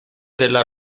della